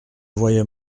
voyais